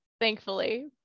thankfully